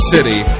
City